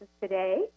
today